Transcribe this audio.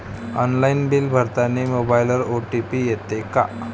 Online bill भरतानी मोबाईलवर OTP येते का?